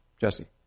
Jesse